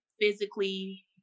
physically